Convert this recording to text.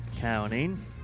Counting